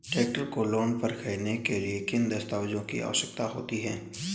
Tractor को loan पर खरीदने के लिए किन दस्तावेज़ों की आवश्यकता होती है?